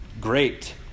great